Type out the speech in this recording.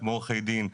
כמו עורכי דין,